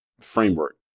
framework